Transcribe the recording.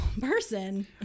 person